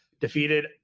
defeated